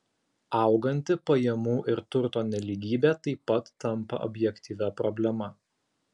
auganti pajamų ir turto nelygybė taip pat tampa objektyvia problema